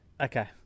okay